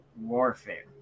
warfare